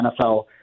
NFL